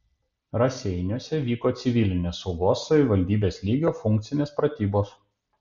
raseiniuose vyko civilinės saugos savivaldybės lygio funkcinės pratybos